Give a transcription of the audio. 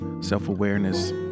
self-awareness